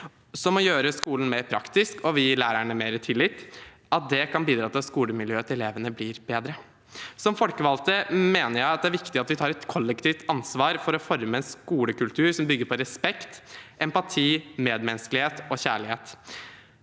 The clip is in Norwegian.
ved å gjøre skolen mer praktisk og ved å gi lærerne mer tillit. Det kan bidra til at skolemiljøet til elevene blir bedre. Som folkevalgt mener jeg det er viktig at vi tar et kollektivt ansvar for å forme en skolekultur som bygger på respekt, empati, medmenneskelighet og kjærlighet.